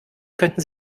könnten